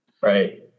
right